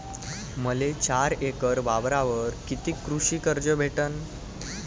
मले चार एकर वावरावर कितीक कृषी कर्ज भेटन?